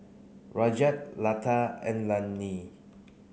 Rajat Lata and Anil